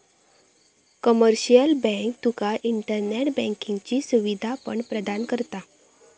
commercial bank तुका internet बँकिंगची सुवीधा पण प्रदान करता